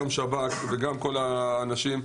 גם שב"כ וכל האנשים.